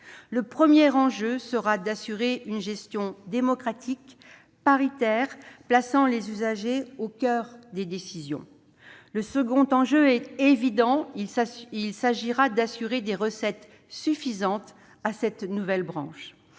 Le premier enjeu sera d'assurer une gestion démocratique, paritaire, plaçant les usagers au coeur des décisions. Le second enjeu est évident : il s'agira d'assurer des recettes suffisantes à cette nouvelle branche.